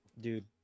Dude